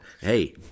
hey